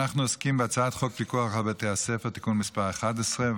אנחנו עוסקים בהצעת חוק פיקוח על בתי הספר (תיקון מס' 11),